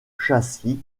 châssis